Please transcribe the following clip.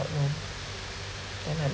know then I